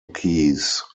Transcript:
keys